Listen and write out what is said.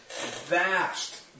vast